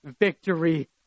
victory